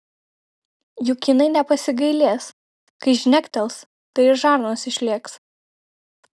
juk jinai nepasigailės kai žnektels tai ir žarnos išlėks